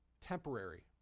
temporary